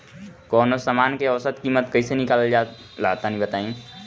कवनो समान के औसत कीमत कैसे निकालल जा ला तनी बताई?